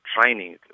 training